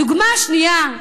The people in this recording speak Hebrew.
הדוגמה השנייה: